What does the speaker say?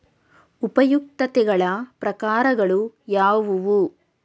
ಉಪಯುಕ್ತತೆಗಳ ಪ್ರಕಾರಗಳು ಯಾವುವು?